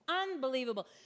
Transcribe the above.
Unbelievable